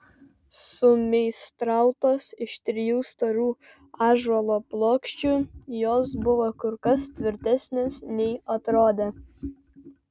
sumeistrautos iš trijų storų ąžuolo plokščių jos buvo kur kas tvirtesnės nei atrodė